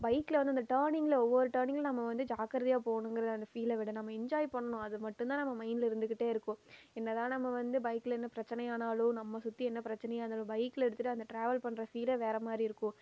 பைக்கில் வந்து இந்த டேனிங்கில் ஒவ்வொரு டேனிங்கில் நம்ம வந்து ஜாக்கிரதையாக போகணுங்கிறத வந்து அந்த ஃபீலை விட நம்ம என்ஜாய் பண்ணணும் அது மட்டும்தான் நம்ம மைண்ட்டில் இருந்துகிட்டே இருக்கும் என்னதான் நம்ம வந்து பைக்கில் என்ன பிரச்சினை ஆனாலும் நம்ம சுற்றி என்ன பிரச்சினையா இருந்தாலும் பைக்கில் எடுத்துகிட்டு அந்த டிராவல் பண்ணுற ஃபீலே வேறு மாதிரி இருக்கும்